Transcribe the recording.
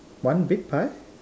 one big pie